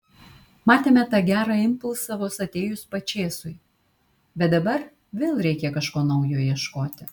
matėme tą gerą impulsą vos atėjus pačėsui bet dabar vėl reikia kažko naujo ieškoti